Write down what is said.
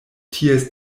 ties